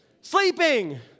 Sleeping